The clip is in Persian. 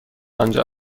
آنجا